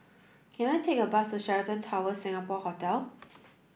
can I take a bus to Sheraton Towers Singapore Hotel